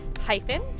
hyphen